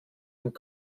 und